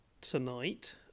tonight